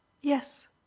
yes